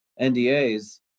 NDAs